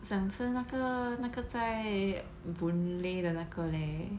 想吃那个那个在 boon lay 的那个 leh